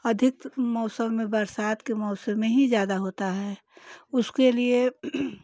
अधिक्तर मौसम में बरसात के मौसम में ही ज्यादा होता है उसके लिए